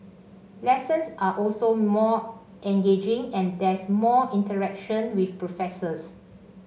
lessons are also more engaging and there's more interaction with professors